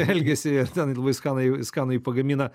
elgiasi ir ten labai skanų skanų jį pagamina